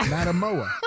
Matamoa